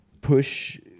push